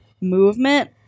movement